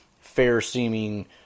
fair-seeming